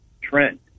Trent